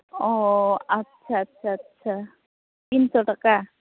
ᱚᱻ ᱟᱪᱪᱷᱟ ᱟᱪᱪᱷᱟ ᱟᱪᱪᱷᱟ ᱛᱤᱱᱥᱚ ᱴᱟᱠᱟ